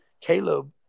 Caleb